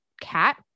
cat